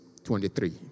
23